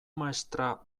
maistra